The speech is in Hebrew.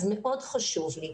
אז מאוד חשוב לי.